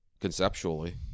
conceptually